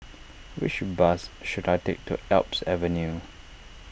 which bus should I take to Alps Avenue